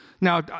Now